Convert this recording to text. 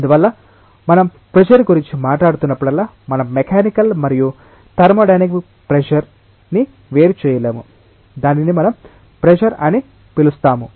అందువల్ల మనం ప్రెషర్ గురించి మాట్లాడుతున్నప్పుడల్లా మనం మెకానికల్ మరియు థర్మోడైనమిక్ ప్రెషర్ ని వేరు చేయలేము దానిని మనం ప్రెషర్ అని పిలుస్తాము